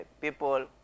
people